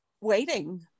waiting